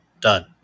Done